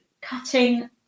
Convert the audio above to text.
cutting